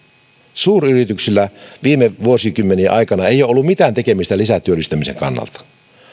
suuryrityksillä ei ole ollut viime vuosikymmenien aikana mitään tekemistä lisätyöllistämisen kannalta